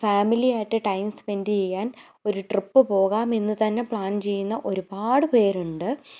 ഫാമിലിയായിട്ട് time spend ചെയ്യാൻ ഒരു ട്രിപ്പ് പോകാം എന്ന് തന്നെ പ്ലാൻ ചെയ്യുന്ന ഒരുപാട് പേരുണ്ട്